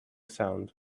sound